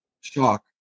Shock